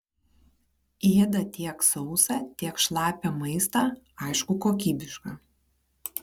ėda tiek sausą tiek šlapią maistą aišku kokybišką